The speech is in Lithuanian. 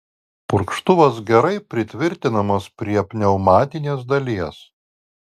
purkštuvas gerai pritvirtinamas prie pneumatinės dalies